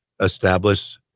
establish